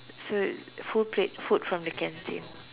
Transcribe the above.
so full plate food from the canteen